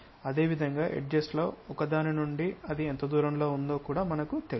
అదేవిధంగా ఎడ్జెస్ లో ఒకదాని నుండి అది ఎంత దూరంలో ఉందో కూడా మనకు తెలుసు